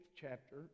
chapter